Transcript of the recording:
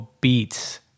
Beats